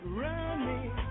running